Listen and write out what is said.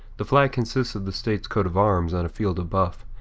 the flag consists of the state's coat of arms on a field of buff,